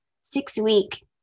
six-week